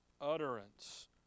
utterance